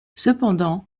cependant